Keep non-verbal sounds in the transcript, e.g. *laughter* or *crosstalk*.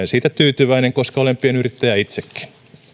*unintelligible* siitä tyytyväinen koska olen pienyrittäjä itsekin